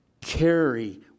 carry